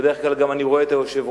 ובדרך כלל אני גם רואה את היושב-ראש,